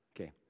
Okay